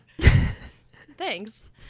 Thanks